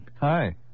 Hi